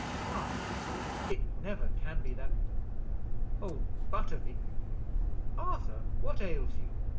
why it never can be that old butterby arthur, what ails you?